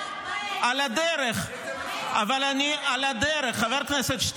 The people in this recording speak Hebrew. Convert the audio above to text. עמד פה חבר הכנסת אלעזר